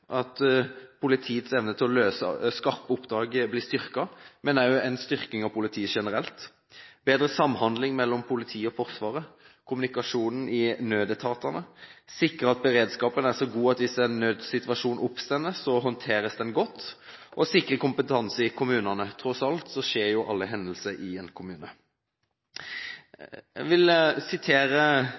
at politiets evne til å løse skarpe oppdrag blir styrket og også en styrking av politiet generelt. Vi må ha bedre samhandling mellom politiet og Forsvaret, god kommunikasjon i nødetatene, sikre at beredskapen er så god at hvis en nødssituasjon oppstår, håndteres den godt. Så må vi sikre kompetanse i kommunene – tross alt finner jo alle hendelser sted i en kommune. Jeg vil sitere